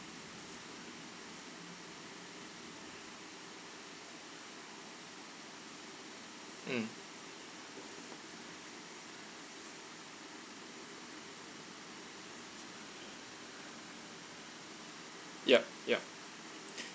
mm yup yup